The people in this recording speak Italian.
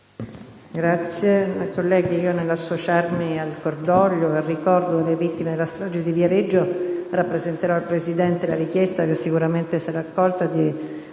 Colleghi, nell'associarmi al cordoglio e al ricordo delle vittime della strage di Viareggio, rappresenterò al Presidente la richiesta, che sicuramente sarà accolta, di